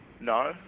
No